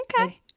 Okay